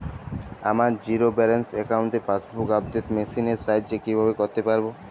আমার zero balance অ্যাকাউন্টে passbook update machine এর সাহায্যে কীভাবে করতে পারব?